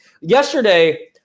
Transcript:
Yesterday